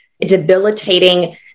debilitating